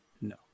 No